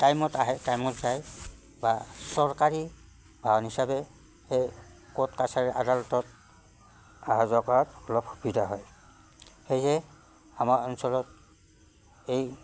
টাইমত আহে টাইমত যায় বা চৰকাৰী বাহন হিচাপে সেই ক'ৰ্ট কাছাৰীৰ আদালতত অহা যোৱা কৰাত অলপ সুবিধা হয় সেয়ে আমাৰ অঞ্চলত এই